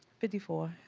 fifty four.